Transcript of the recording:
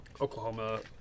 Oklahoma